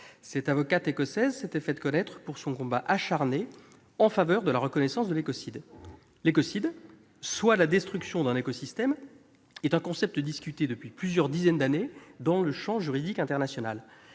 Cette avocate écossaise s'était fait connaître pour son combat acharné en faveur de la reconnaissance de l'écocide. L'écocide, à savoir la destruction d'un écosystème, est un concept discuté depuis plusieurs dizaines d'années dans le champ juridique international.